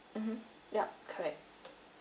mmhmm yup correct